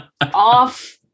Off